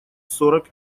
сорок